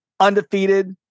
undefeated